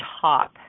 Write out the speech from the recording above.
top